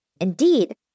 Indeed